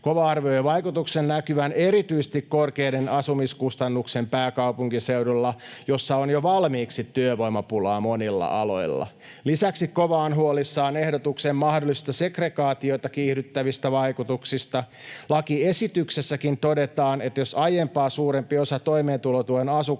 KOVA arvioi vaikutuksen näkyvän erityisesti korkeiden asumiskustannusten pääkaupunkiseudulla, jossa on jo valmiiksi työvoimapulaa monilla aloilla. Lisäksi KOVA on huolissaan ehdotuksen mahdollisista segregaatiota kiihdyttävistä vaikutuksista. Lakiesityksessäkin todetaan, että jos aiempaa suurempi osa toimeentulotuen asukkaista